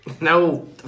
No